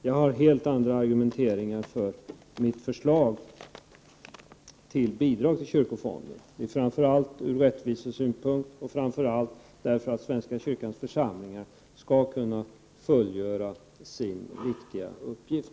Jag har helt andra argument för mitt förslag till bidrag till kyrkofonden: framför allt rättvisesynpunkten och för att svenska kyrkans församlingar skall kunna fullgöra sin viktiga uppgift.